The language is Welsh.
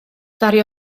ddaru